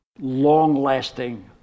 long-lasting